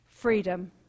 Freedom